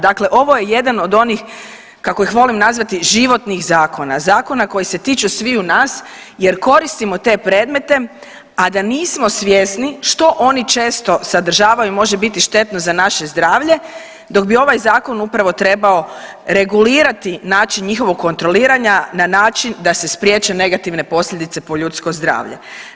Dakle, ovo je jedan od onih kako ih volim nazvati životnih zakona, zakona koji se tiču sviju nas jer koristimo te predmete, a da nismo svjesni što oni često sadržavaju može biti štetno za naše zdravlje dok bi ovaj zakon upravo trebao regulirati način njihovog kontroliranja na način da se spriječe negativne posljedice po ljudsko zdravlje.